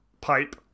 pipe